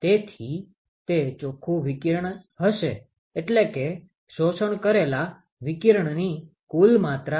તેથી તે ચોખ્ખું વિકિરણ હશે એટલે કે શોષણ કરેલા વિકિરણની કુલ માત્રા